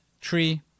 tree